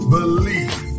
Believe